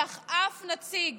כך אף נציג